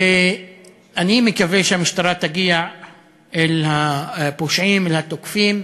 ואני מקווה שהמשטרה תגיע אל הפושעים, אל התוקפים,